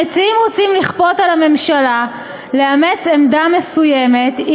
המציעים רוצים לכפות על הממשלה לאמץ עמדה מסוימת,